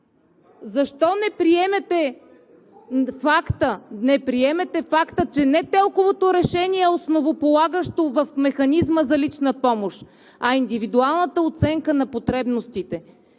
Защо не приемете факта, че не ТЕЛК овото решение е основополагащо в механизма за лична помощ, а индивидуалната оценка на потребностите?